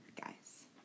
guys